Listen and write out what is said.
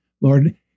Lord